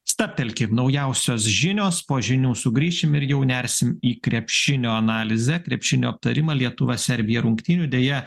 stabtelkim naujausios žinios po žinių sugrįšim ir jau nersim į krepšinio analizę krepšinio aptarimą lietuva serbija rungtynių deja